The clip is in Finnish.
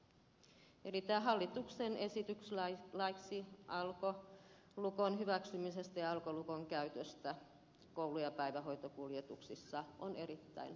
eli tämä hallituksen esitys laeiksi alkolukon hyväksymisestä ja alkolukon käytöstä koulu ja päivähoitokuljetuksissa on erittäin kannatettava